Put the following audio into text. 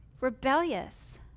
rebellious